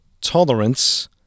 tolerance